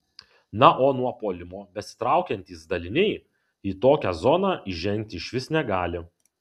na o nuo puolimo besitraukiantys daliniai į tokią zoną įžengti išvis negali